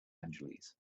angeles